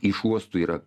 iš uostų yra